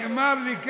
נאמר לי כאן: